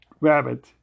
rabbit